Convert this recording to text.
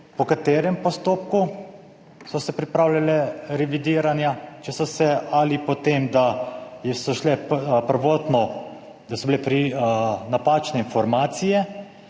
Po katerem postopku so se pripravljala revidiranja, če so se? Ali po tem, da so šle prvotno, da so bile napačne informacije,